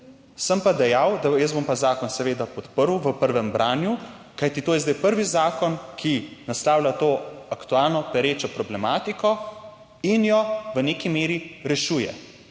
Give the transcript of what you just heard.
Sem pa dejal, da jaz bom pa zakon seveda podprl v prvem branju, kajti to je zdaj prvi zakon, ki naslavlja to aktualno, perečo problematiko in jo v neki meri rešuje.